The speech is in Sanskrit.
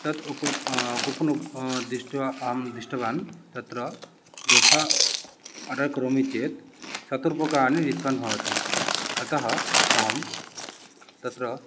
तत् कूपन् दृष्ट्वा अहं दृष्टवान् तत्र डोसा आर्डर् करोमि चेत् शतरूप्यकाणि डिस्कौण्ट् भवति अतः अहं तत्र